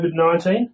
COVID-19